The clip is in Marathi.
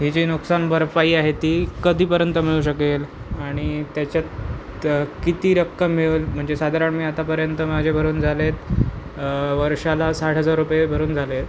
ही जी नुकसान भरपाई आहे ती कधीपर्यंत मिळू शकेल आणि त्याच्यात किती रक्कम मिळेल म्हणजे साधारण मी आतापर्यंत माझे भरून झालेत वर्षाला साठ हजार रुपये भरून झालेत